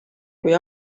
kui